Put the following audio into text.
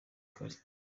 kare